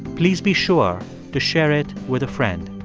please be sure to share it with a friend.